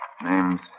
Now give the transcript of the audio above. Name's